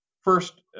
First